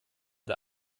der